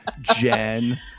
jen